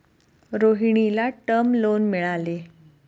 रोहिणीला term loan मिळाले